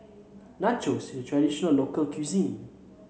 nachos is traditional local cuisine